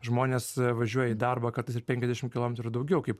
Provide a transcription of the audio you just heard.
žmonės važiuoja į darbą kartais ir penkiasdešim kilometrų daugiau kaip